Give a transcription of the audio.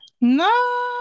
No